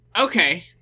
Okay